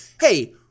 hey